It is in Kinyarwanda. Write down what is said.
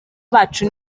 bacu